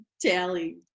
tally